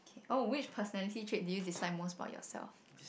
oh which personality trait do you dislike most about yourself